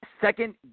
second